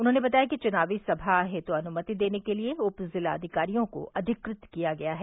उन्होंने बताया कि चुनावी सभा हेतु अनुमति देने के लिए उपजिलाधिकारियों को अधिकृत किया गया है